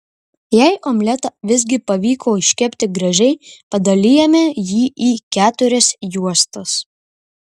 jei omletą visgi pavyko iškepti gražiai padalijame jį į keturias juostas